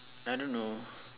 I don't know